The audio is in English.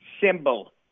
Symbol